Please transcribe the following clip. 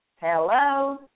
Hello